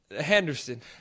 Henderson